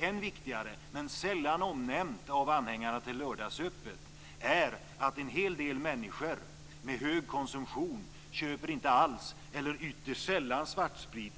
Än viktigare, men sällan omnämnt av anhängarna till lördagsöppet, är att en hel del människor med hög konsumtion inte alls, eller ytterst sällan, köper svartsprit.